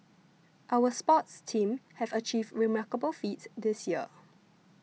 our sports teams have achieved remarkable feats this year